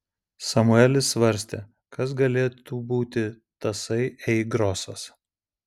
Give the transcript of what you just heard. samuelis svarstė kas galėtų būti tasai ei grosas